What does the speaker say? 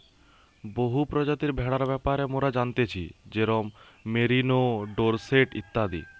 বহু প্রজাতির ভেড়ার ব্যাপারে মোরা জানতেছি যেরোম মেরিনো, ডোরসেট ইত্যাদি